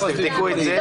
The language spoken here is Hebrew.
אז תבדקו את זה.